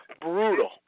brutal